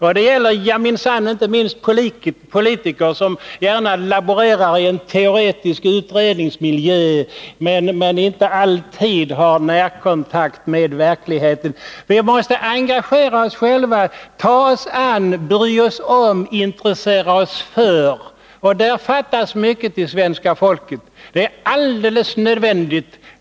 Detta gäller minsann inte minst oss politiker, som gärna laborerar i en teoretisk utredningsmiljö men inte alltid har närkontakt med verkligheten. Vi måste engagera oss själva, ta oss an, bry oss om och intressera oss för människor. Där fattas det mycket hos det svenska folket. Detta personliga engagemang är alldeles nödvändigt.